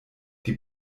die